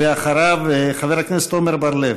ואחריו, חבר הכנסת עמר בר-לב.